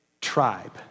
tribe